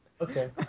Okay